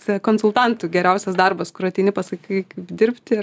konsultantų geriausias darbas kur ateini pasakai kaip dirbti ir